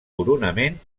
coronament